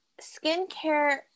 skincare